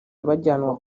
bajyanwa